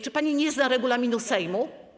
Czy pani nie zna regulaminu Sejmu?